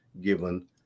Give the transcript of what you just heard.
given